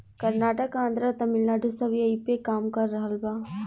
कर्नाटक, आन्द्रा, तमिलनाडू सब ऐइपे काम कर रहल बा